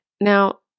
Now